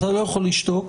אתה לא יכול לשתוק?